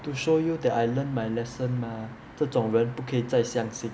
to show you that I learnt my lesson mah 这种人不可以再相信